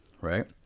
right